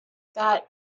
that